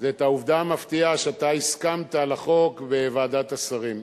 זה העובדה המפתיעה שאתה הסכמת לחוק בוועדת השרים.